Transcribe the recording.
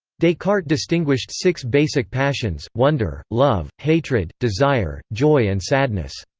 descartes distinguished six basic passions wonder, love, hatred, desire, joy and sadness.